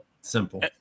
Simple